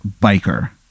biker